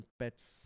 pets